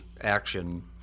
action